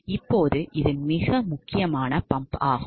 இப்போது இது மிகவும் முக்கியமான பம்ப் ஆகும்